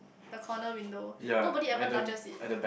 the corner window nobody ever touches it